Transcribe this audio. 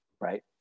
right